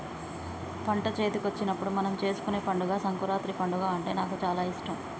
పంట చేతికొచ్చినప్పుడు మనం చేసుకునే పండుగ సంకురాత్రి పండుగ అంటే నాకు చాల ఇష్టం